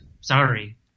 sorry